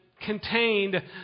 contained